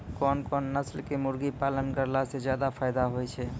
कोन कोन नस्ल के मुर्गी पालन करला से ज्यादा फायदा होय छै?